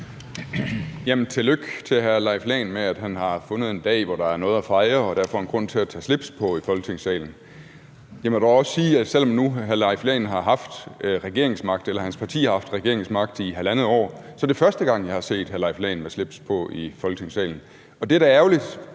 Tillykke til hr. Leif Lahn Jensen med, at han har fundet en dag, hvor der er noget at fejre og derfor en grund til at tage slips på i Folketingssalen. Jeg må dog også sige, at selv om hr. Leif Lahn Jensen nu har haft regeringsmagten, eller hans parti har haft regeringsmagten, i halvandet år, er det første gang, jeg har set hr. Leif Lahn Jensen med slips på i Folketingssalen, og det er da ærgerligt,